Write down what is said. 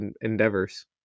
endeavors